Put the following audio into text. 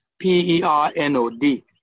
P-E-R-N-O-D